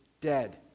dead